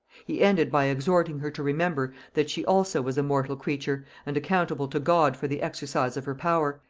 he ended by exhorting her to remember that she also was a mortal creature, and accountable to god for the exercise of her power,